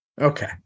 okay